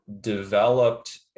developed